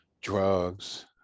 drugs